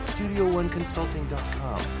StudioOneConsulting.com